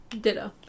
Ditto